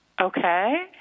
Okay